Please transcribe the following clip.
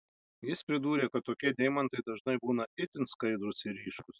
jis pridūrė kad tokie deimantai dažnai būna itin skaidrūs ir ryškūs